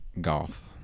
Golf